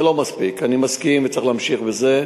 זה לא מספיק, אני מסכים, וצריך להמשיך עם זה.